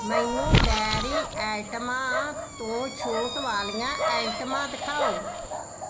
ਮੈਨੂੰ ਡਾਇਰੀ ਆਈਟਮਾਂ ਤੋਂ ਛੋਟ ਵਾਲੀਆਂ ਆਈਟਮਾਂ ਦਿਖਾਓ